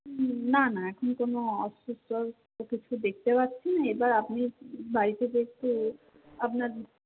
না না এখন কোনও অসুস্থ কিছু দেখতে পাচ্ছি নি এবার আপনি বাড়ি একটু আপনার